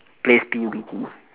plays P_U_B_G